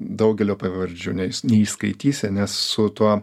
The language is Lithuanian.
daugelio pavardžių ne neįskaitysi nes su tuo